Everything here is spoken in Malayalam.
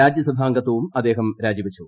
രാജ്യസഭാഗത്വവും അദ്ദേഹം രാജി വച്ചു